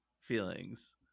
feelings